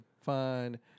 fine